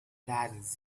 does